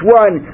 one